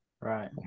Right